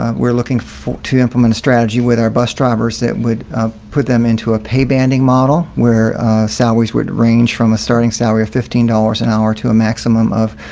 ah we're looking for to implement a strategy with our bus drivers that would put them into a pay banding model where salaries would range from a starting salary of fifteen dollars an hour to maximum of,